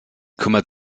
kümmert